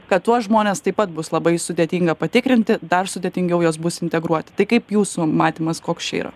kad tuos žmones taip pat bus labai sudėtinga patikrinti dar sudėtingiau juos bus integruoti tai kaip jūsų matymas koks čia yra